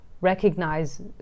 recognize